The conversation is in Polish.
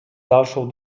dalszą